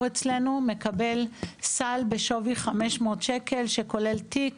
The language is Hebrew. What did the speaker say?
אצלנו מקבל סל בשווי 500 שקל שכולל תיק